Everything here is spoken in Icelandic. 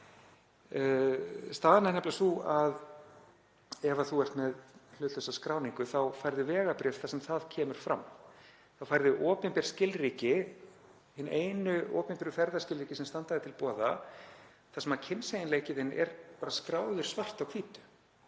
Staðan er nefnilega sú að ef þú hefur hlutlausa skráningu færðu vegabréf þar sem það kemur fram. Þá færðu opinber skilríki, einu opinberu ferðaskilríkin sem standa þér til boða, þar sem kynseginleiki þinn er skráður svart á hvítu.